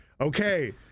Okay